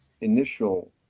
initial